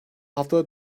haftada